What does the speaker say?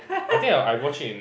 I think I I watch it in